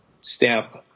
stamp